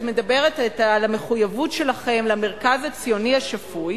את מדברת על המחויבות שלכם למרכז הציוני השפוי,